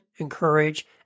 encourage